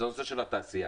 זה הנושא של התעשייה.